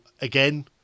again